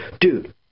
dude